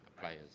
players